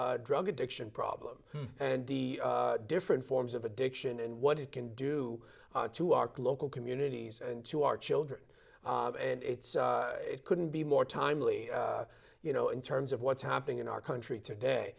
opioid drug addiction problem and the different forms of addiction and what it can do to our local communities and to our children and it's it couldn't be more timely you know in terms of what's happening in our country today